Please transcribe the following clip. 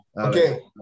Okay